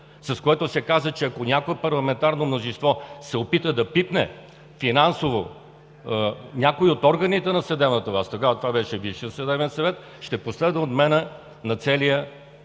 с което се каза, че ако някое парламентарно мнозинство се опита да пипне финансово някои от органите на съдебната власт, тогава това беше Висшият съдебен съвет, ще последва отмяна на целия